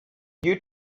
you